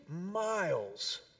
miles